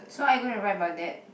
so are you going to write about that